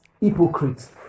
hypocrites